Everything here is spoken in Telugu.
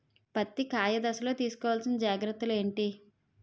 పత్తి కాయ దశ లొ తీసుకోవల్సిన జాగ్రత్తలు ఏంటి?